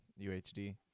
UHD